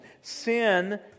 Sin